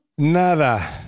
Nada